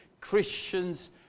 Christians